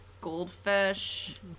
goldfish